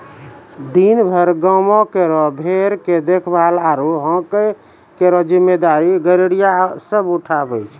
दिनभर गांवों केरो भेड़ के देखभाल आरु हांके केरो जिम्मेदारी गड़ेरिया सब उठावै छै